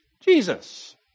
Jesus